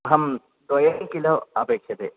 अहं द्वयं किलो अपेक्षते